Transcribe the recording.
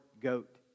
goat